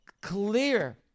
clear